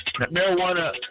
Marijuana